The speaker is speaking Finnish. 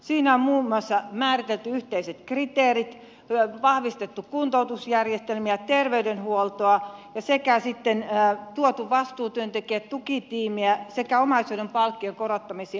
siinä on muun muassa määritelty yhteiset kriteerit vahvistettu kuntoutusjärjestelmiä ja terveydenhuoltoa sekä tuotu vastuutyöntekijää tukitiimiä sekä omaishoidon palkkion korottamisia